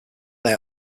they